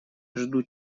жду